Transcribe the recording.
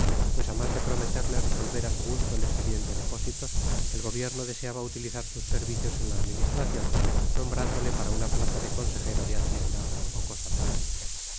pues a más de prometerle resolver a su gusto el expediente de pósitos el gobierno deseaba utilizar sus servicios en la administración nombrándole para una plaza de consejero de hacienda o cosa tal